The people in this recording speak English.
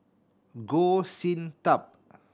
Goh Sin Tub